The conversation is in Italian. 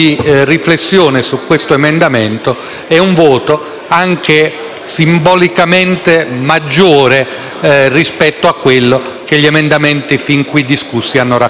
simbolicamente maggiore rispetto ai voti che gli emendamenti fin qui discussi hanno raccolto.